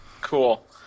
Cool